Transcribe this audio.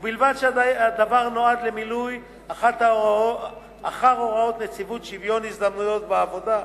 ובלבד שהדבר נועד למילוי אחר הוראות נציבות שוויון ההזדמנויות בעבודה,